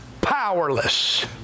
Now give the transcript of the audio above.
powerless